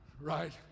right